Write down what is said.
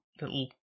little